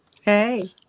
Hey